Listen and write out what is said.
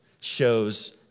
shows